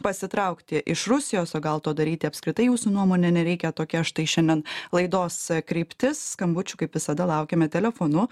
pasitraukti iš rusijos o gal to daryti apskritai jūsų nuomone nereikia tokia štai šiandien laidos kryptis skambučių kaip visada laukiame telefonu